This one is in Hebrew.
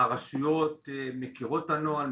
הרשויות מכירות בנוהל,